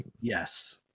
Yes